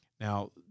Now